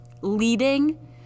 leading